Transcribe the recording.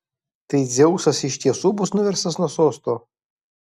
tai dzeusas iš tiesų bus nuverstas nuo sosto